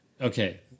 okay